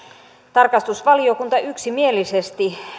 tarkastusvaliokunta yksimielisesti